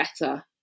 better